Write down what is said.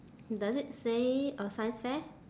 does it say a science fair